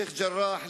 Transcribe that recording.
שיח'-ג'ראח,